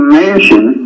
mansion